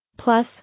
Plus